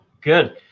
Good